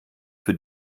für